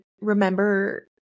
remember